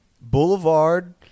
Boulevard